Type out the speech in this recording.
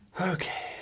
Okay